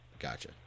Gotcha